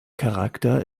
charakter